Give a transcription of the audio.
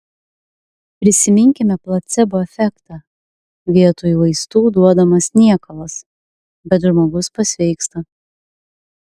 prisiminkime placebo efektą vietoj vaistų duodamas niekalas bet žmogus pasveiksta